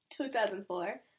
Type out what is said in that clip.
2004